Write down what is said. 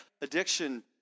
Addiction